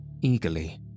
Eagerly